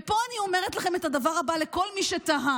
ופה אני אומרת לכם את הדבר הבא: לכל מי שתהה,